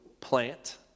plant